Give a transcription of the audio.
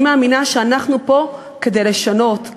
אני מאמינה שאנחנו פה כדי לשנות,